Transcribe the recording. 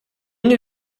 new